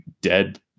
dead